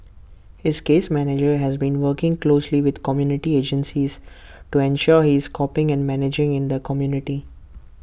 his case manager has been working closely with community agencies to ensure he is coping and managing in the community